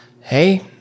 hey